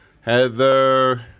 Heather